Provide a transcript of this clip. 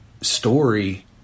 story